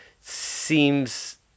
seems